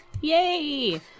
Yay